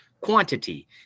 quantity